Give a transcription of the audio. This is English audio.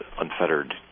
unfettered